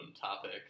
topic